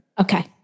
Okay